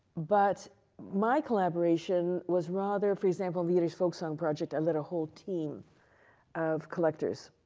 but my collaboration was rather, for example, the yiddish folk song project, i led a whole team of collectors.